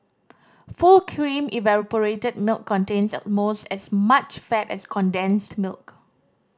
full cream evaporated milk contains almost as much fat as condensed milk